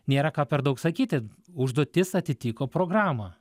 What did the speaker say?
nėra ką per daug sakyti užduotis atitiko programą